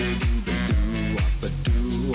they do